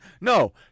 No